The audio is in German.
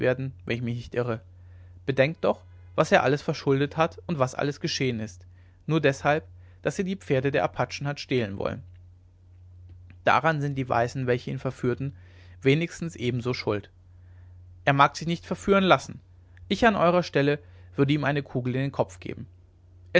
wenn ich mich nicht irre bedenkt doch was er alles verschuldet hat und was alles geschehen ist nur deshalb daß er die pferde der apachen hat stehlen wollen daran sind die weißen welche ihn verführten wenigstens ebenso schuld er mag sich nicht verführen lassen ich an eurer stelle würde ihm eine kugel in den kopf geben